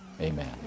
amen